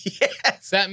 Yes